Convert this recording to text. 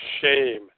shame